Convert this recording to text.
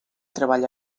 treball